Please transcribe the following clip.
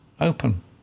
open